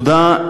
תודה.